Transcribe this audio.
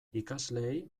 ikasleei